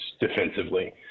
defensively